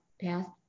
past